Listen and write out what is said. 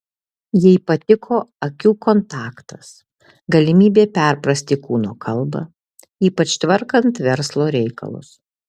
jai patiko akių kontaktas galimybė perprasti kūno kalbą ypač tvarkant verslo reikalus